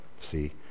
See